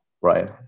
right